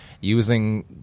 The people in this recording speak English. using